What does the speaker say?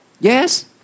Yes